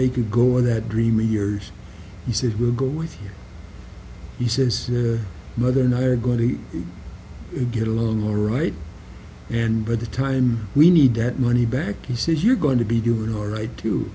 make a go of that dreamy years he said we'll go with you he says mother and i are going to get along all right and by the time we need that money back he says you're going to be given our right to